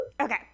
Okay